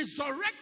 Resurrect